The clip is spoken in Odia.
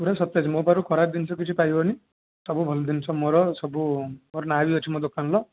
ପୁରା ସତେଜ ମୋ ପାଖରୁ ଖରାପ ଜିନିଷ କିଛି ପାଇବନି ସବୁ ଭଲ ଜିନିଷ ମୋର ସବୁ ମୋର ନାଁ ବି ଅଛି ମୋ ଦୋକାନର